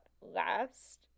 last